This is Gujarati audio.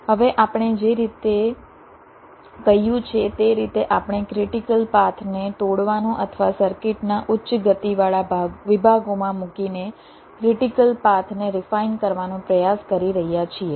હવે આપણે જે રીતે કહ્યું છે તે રીતે આપણે ક્રિટીકલ પાથને તોડવાનો અથવા સર્કિટના ઉચ્ચ ગતિવાળા વિભાગોમાં મૂકીને ક્રિટીકલ પાથને રિફાઇન કરવાનો પ્રયાસ કરી રહ્યા છીએ